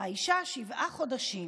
האישה: שבעה חודשים.